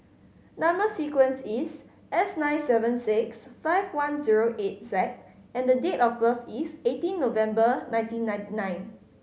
number sequence is S nine seven six five one zero eight Z and date of birth is eighteen November nineteen ninety nine